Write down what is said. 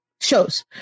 shows